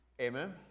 Amen